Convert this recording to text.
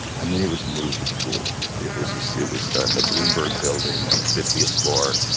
i mean it was movie cool. it was it was in the bloomberg building on the fiftieth floor.